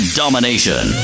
domination